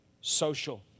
social